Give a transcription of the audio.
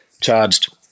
charged